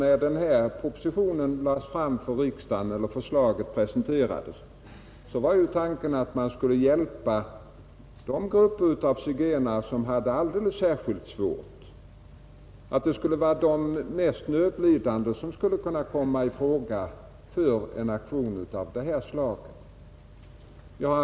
I det förslag som regeringen presenterade för riksdagen var tanken att man skulle hjälpa de grupper zigenare som hade särskilt svårt — de mest nödlidande skulle komma i fråga för en aktion av detta slag.